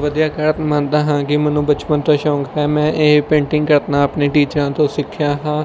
ਵਧੀਆ ਕਾਰਨ ਮੰਨਦਾ ਹਾਂ ਕਿ ਮੈਨੂੰ ਬਚਪਨ ਤੋਂ ਸ਼ੌਂਕ ਹੈ ਮੈਂ ਇਹ ਪੇਂਟਿੰਗ ਕਰਨਾ ਆਪਣੇ ਟੀਚਰਾਂ ਤੋਂ ਸਿੱਖਿਆ ਹਾ